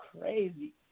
crazy